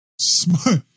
Smart